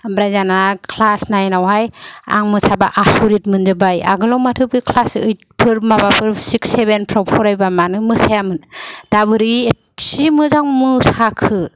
ओमफ्राय दाना क्लास नाइनावहाय आं मोसाबा आसरिथ मोनजोबबाय आगोलाव माथो बे क्लास ओइथफोर माबाफोर सिक्स सेबेनफ्राव फरायबा मानो मोसायामोन दा बेरै इसे मोजां मोसाखो